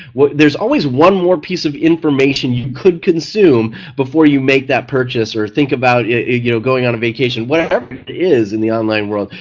there's always one more piece of information you could consume before you make that purchase or think about you know going on a vacation. whatever it is in the online world,